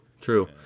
true